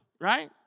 right